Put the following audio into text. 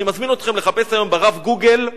אני מזמין אתכם לחפש היום ב"רב גוגל".